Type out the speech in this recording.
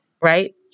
right